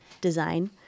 design